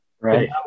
Right